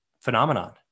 phenomenon